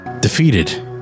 Defeated